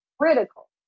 critical